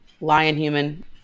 lion-human